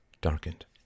darkened